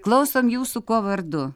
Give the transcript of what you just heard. klausom jūsų kuo vardu